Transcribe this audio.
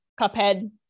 Cuphead